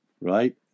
right